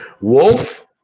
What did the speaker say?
Wolf